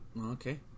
Okay